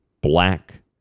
Black